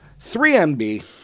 3MB